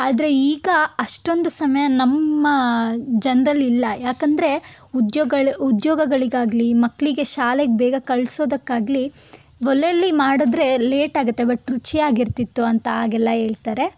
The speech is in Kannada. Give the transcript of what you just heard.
ಆದರೆ ಈಗ ಅಷ್ಟೊಂದು ಸಮಯ ನಮ್ಮ ಜನರಲ್ಲಿ ಇಲ್ಲ ಯಾಕಂದರೆ ಉದ್ಯೋಗಗಳು ಉದ್ಯೋಗಗಳಿಗಾಗಲಿ ಮಕ್ಕಳಿಗೆ ಶಾಲೆಗೆ ಬೇಗ ಕಳಿಸೋದಕ್ಕಾಗ್ಲಿ ಒಲೆಲ್ಲಿ ಮಾಡಿದ್ರೆ ಲೇಟ್ ಆಗುತ್ತೆ ಬಟ್ ರುಚಿಯಾಗಿ ಇರ್ತಿತ್ತು ಅಂತ ಆಗೆಲ್ಲ ಹೇಳ್ತಾರೆ